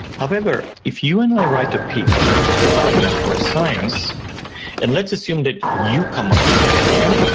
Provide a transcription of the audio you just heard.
however, if you and i write a paper about network science and let's assume that you come up with the idea,